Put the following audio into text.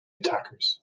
attackers